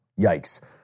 Yikes